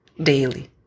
daily